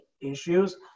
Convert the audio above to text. issues